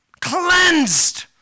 cleansed